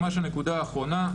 ממש הנקודה האחרונה,